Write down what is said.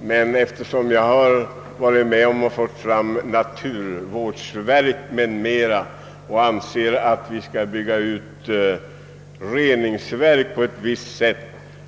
min del har jag varit med om att få till stånd naturvårdsverk m.m. och anser att vi skall bygga ut reningsanläggningar på ett riktigt sätt.